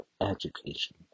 education